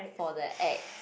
for the ex